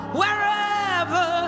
wherever